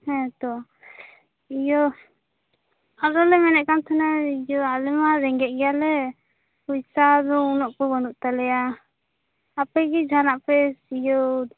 ᱦᱮᱸᱛᱚ ᱤᱭᱟ ᱟᱫᱚᱞᱮ ᱢᱮᱱᱮᱫ ᱠᱟᱱ ᱛᱟᱦᱮᱱᱟ ᱤᱭᱟ ᱟᱞᱮᱢᱟ ᱨᱮᱸᱜᱮᱡ ᱜᱮᱭᱟᱞᱮ ᱯᱩᱭᱥᱟ ᱫᱚ ᱩᱱᱟ ᱜ ᱫᱚ ᱵᱟ ᱱᱩᱜ ᱛᱟᱞᱮᱭᱟ ᱟᱯᱮᱜᱮ ᱡᱟᱦᱟᱱᱟᱜ ᱯᱮ ᱤᱭᱟ